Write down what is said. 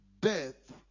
death